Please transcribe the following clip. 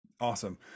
Awesome